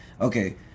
Okay